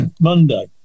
Monday